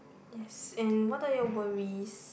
yes and what are your worries